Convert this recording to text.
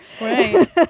Right